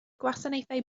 gwasanaethau